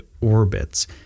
orbits